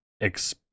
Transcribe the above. ex